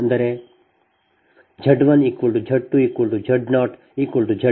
ಅಂದರೆ Z 1 Z 2 Z 0 Z l